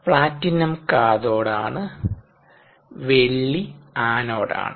platinum cathode ആണ്വെള്ളി anode ആണ്